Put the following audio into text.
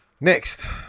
Next